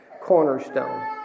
cornerstone